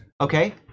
okay